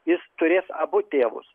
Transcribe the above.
jis turės abu tėvus